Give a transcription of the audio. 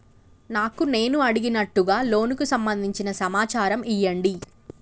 నాకు నేను అడిగినట్టుగా లోనుకు సంబందించిన సమాచారం ఇయ్యండి?